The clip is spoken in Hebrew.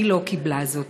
והיא לא קיבלה זאת.